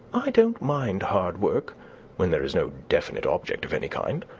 i don't mind hard work where there is no definite object of any kind.